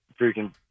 freaking